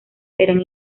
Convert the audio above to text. eran